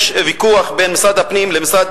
יש ויכוח בין משרד הפנים לבין משרד